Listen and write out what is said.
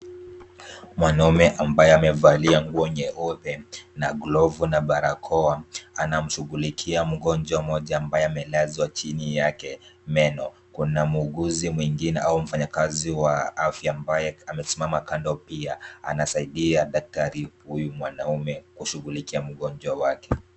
Mwanaume ambaye amevalia nguo nyeupe na glovu na barakoa anamshughulikia mgonjwa mmoja ambaye amelazwa chini yake meno. Kuna muuguzi mwingine au mfanyakazi wa afya ambaye amesimama kando pia anasaidia daktari huyu mwanaume kushughulikia mgonjwa wake.